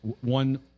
one